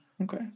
Okay